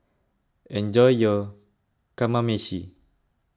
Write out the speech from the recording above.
enjoy your Kamameshi